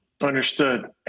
Understood